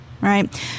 right